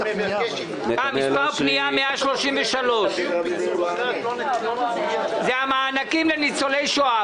מספר פנייה לוועדה: 133 מענקים לניצולי שואה.